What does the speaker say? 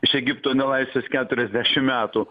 iš egipto nelaisvės keturiasdešim metų